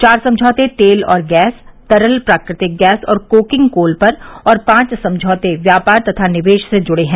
चार समझौते तेल और गैस तरल प्राकृतिक गैस और कोकिंग कोल पर और पांच समझौते व्यापार तथा निवेश से जुड़े हैं